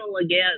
again